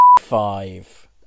Five